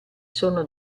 sono